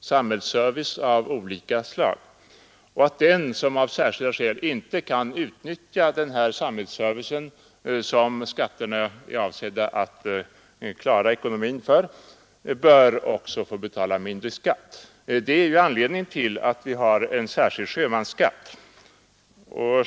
samhällsservice av olika slag och att den som av särskilda skäl inte kan utnyttja den samhällsservice som skatterna är avsedda för också bör få betala mindre i skatt. Detta är anledningen till att vi har en särskild sjömansskatt.